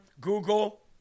Google